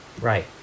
Right